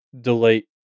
delete